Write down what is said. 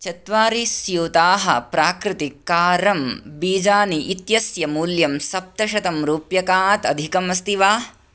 चत्वारिस्यूताः प्राक्रितिक् कारम् बीजानि इत्यस्य मूल्यं सप्तशतं रूप्यकात् अधिकम् अस्ति वा